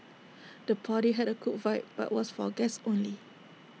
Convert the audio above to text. the party had A cool vibe but was for guests only